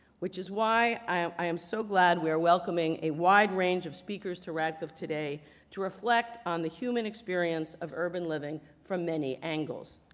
which is why i am so glad we are welcoming a wide range of speakers to radcliffe today to reflect on the human experience of urban living from many angles.